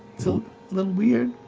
it's a little weird,